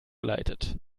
geleitet